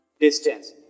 distance